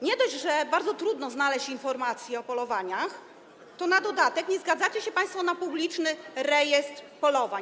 Nie dość, że bardzo trudno znaleźć informację o polowaniach, to na dodatek nie zgadzacie się państwo na publiczny rejestr polowań.